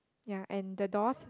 ya and the doors